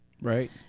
Right